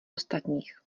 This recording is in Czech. ostatních